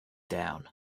down